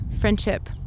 friendship